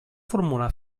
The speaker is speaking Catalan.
formular